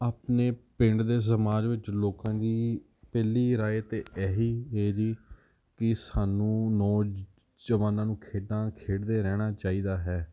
ਆਪਣੇ ਪਿੰਡ ਦੇ ਸਮਾਜ ਵਿੱਚ ਲੋਕਾਂ ਦੀ ਪਹਿਲੀ ਰਾਏ ਤਾਂ ਇਹ ਹੈ ਜੀ ਕਿ ਸਾਨੂੰ ਨੌਜਵਾਨਾਂ ਨੂੰ ਖੇਡਾਂ ਖੇਡਦੇ ਰਹਿਣਾ ਚਾਹੀਦਾ ਹੈ